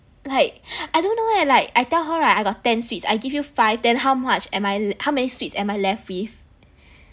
like I don't know eh like I tell her right I got ten sweets I give you five then how much am I how many sweets am I left with